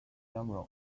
several